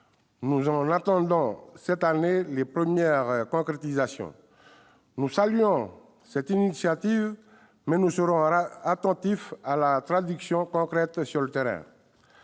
Nous en attendons cette année les premières concrétisations. Nous saluons cette initiative, mais nous serons attentifs à leur traduction concrète sur le terrain.